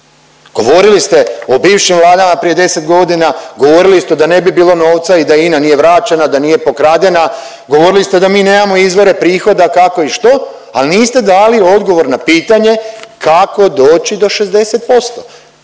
Govorili ste o bivšim vladama prije 10.g., govorili ste da ne bi bilo novca i da INA nije vraćena, da nije pokradena, govorili ste da mi nemamo izvore prihoda kako i što, al niste dali odgovor na pitanje kako doći do 60%?